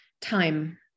time